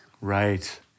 Right